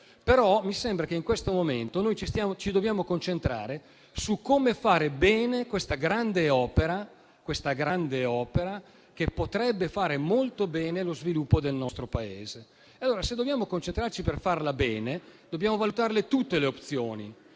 sembra però che, in questo momento, ci dobbiamo concentrare su come fare bene questa grande opera, che potrebbe fare molto bene allo sviluppo del nostro Paese. Se dobbiamo concentrarci per farla bene, dobbiamo valutare tutte le opzioni